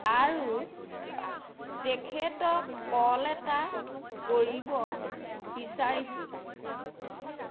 আৰু তেখেতক কল এটা কৰিব বিচাৰিছোঁ